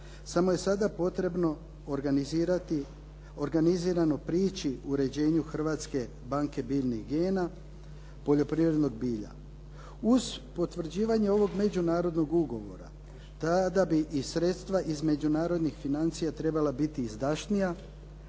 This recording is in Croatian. Samo je sada potrebno organizirati, organizirano prići uređenju hrvatske banke biljnih gena poljoprivrednog bilja. Uz potvrđivanje ovog međunarodnog ugovora tada bi i sredstva iz međunarodnih financija trebala biti izdašnija